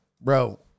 bro